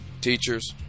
Teachers